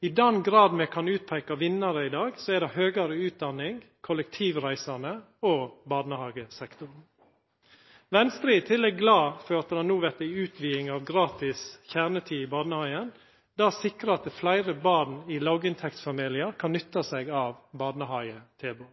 I den grad me kan peika ut vinnarar i dag, er det høgare utdanning, kollektivreisande og barnehagesektoren. Venstre er i tillegg glad for at det no vert ei utviding av gratis kjernetid i barnehagen – det sikrar at fleire barn i låginntektsfamiliar kan nytta seg av barnehagetilbod.